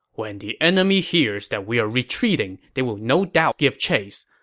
when the enemy hears that we are retreating, they will no doubt give chase.